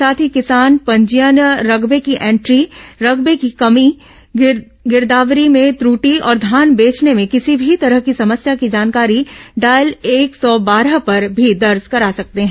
साथ ही किसान पंजीयन रकबे की एंट्री रकबे की कमी गिरदावरी में त्रुटि और धान बेचने में किसी भी तरह की समस्या की जानकारी डायल एक सौ बारह पर भी दर्ज करा सकते हैं